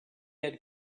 had